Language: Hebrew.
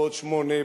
בעוד שמונה,